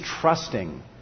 trusting